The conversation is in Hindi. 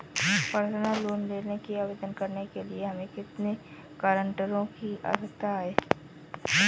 पर्सनल लोंन के लिए आवेदन करने के लिए हमें कितने गारंटरों की आवश्यकता है?